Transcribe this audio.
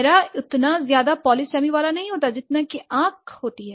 चेहरा उतना ज्यादा पॉलीसेमी वाला नहीं होता जितना कि आंखों का होता है